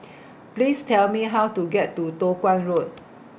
Please Tell Me How to get to Toh Guan Road